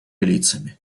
лицами